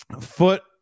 Foot